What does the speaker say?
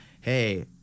hey